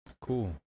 Cool